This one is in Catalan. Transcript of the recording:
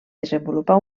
desenvolupar